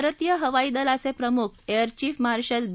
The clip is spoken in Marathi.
भारतीय हवाई दलाच प्रिमुख अर चीफ मार्शल बी